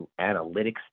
analytics